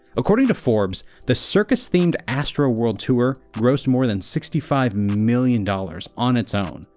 according to forbes, the circus-themed astroworld tour grossed more than sixty five million dollars on its own.